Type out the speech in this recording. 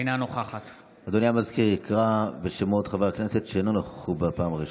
אינה נוכחת אדוני המזכיר יקרא בשמות חברי הכנסת שלא נכחו בפעם הראשונה.